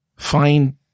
find